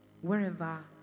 wherever